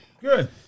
Good